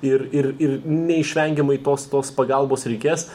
ir ir ir neišvengiamai tos tos pagalbos reikės